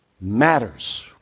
matters